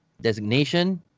designation